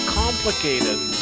complicated